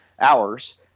hours